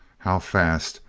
how fast,